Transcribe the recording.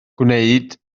gwneud